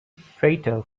fatal